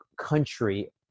country